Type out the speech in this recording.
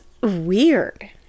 weird